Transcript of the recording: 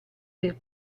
per